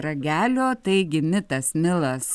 ragelio taigi mitas milas